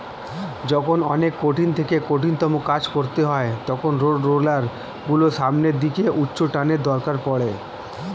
যখন অনেক কঠিন থেকে কঠিনতম কাজ করতে হয় তখন রোডরোলার গুলোর সামনের দিকে উচ্চটানের দরকার পড়ে